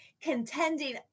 contending